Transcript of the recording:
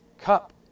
cup